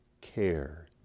care